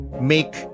make